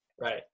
right